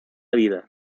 vida